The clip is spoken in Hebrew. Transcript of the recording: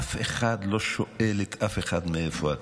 אף אחד לא שואל את אף אחד: מאיפה אתה.